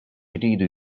iridu